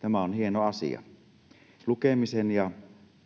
Tämä on hieno asia. Lukemisen ja